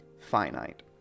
finite